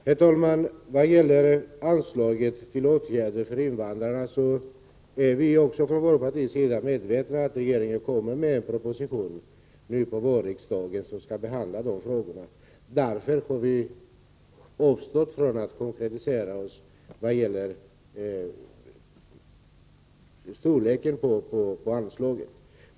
Herr talman! Vad gäller anslagen till åtgärder för invandrarna är vi också från vårt partis sida medvetna om att regeringen kommer med en proposition till vårriksdagen där dessa frågor skall behandlas. Därför har vi avstått från att konkretisera oss vad gäller storleken på anslagen.